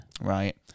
Right